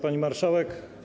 Pani Marszałek!